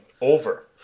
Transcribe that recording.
Over